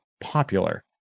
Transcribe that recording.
popular